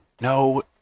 No